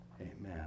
amen